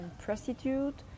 prostitute